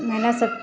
महिला सब